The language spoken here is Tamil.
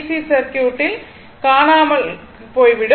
சி சர்க்யூட் ல் காணாமல் விடும்